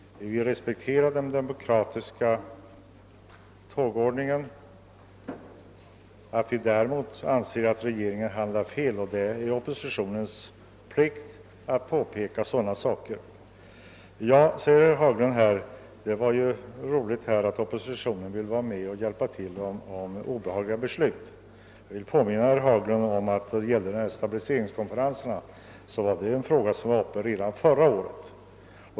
Vi respekterar den demokratiska ordningen. En annan sak är att vi anser att regeringen handlar felaktigt, och det är oppositionens plikt att påpeka sådant. Herr Haglund sade att det var roligt att oppositionen vill vara med och hjälpa till då det gäller obehagliga beslut. Jag vill emellertid påminna honom om att frågan om en stabiliseringskonferens var uppe redan förra året.